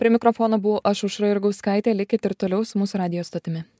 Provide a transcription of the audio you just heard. prie mikrofono buvau aš aušra jurgauskaitė likit ir toliau su mūsų radijo stotimi